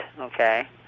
okay